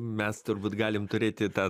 mes turbūt galim turėti tą